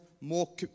more